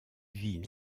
villes